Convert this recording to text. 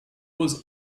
was